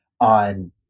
on